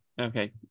Okay